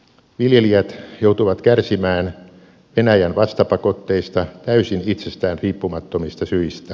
viljelijät joutuvat kärsimään venäjän vastapakotteista täysin itsestään riippumattomista syistä